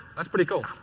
that's pretty cool.